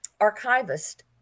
archivist